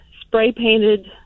spray-painted